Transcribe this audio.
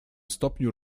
stopniu